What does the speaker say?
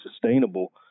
sustainable